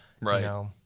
right